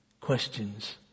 questions